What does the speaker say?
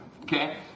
okay